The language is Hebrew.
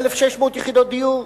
1,600 יחידות דיור,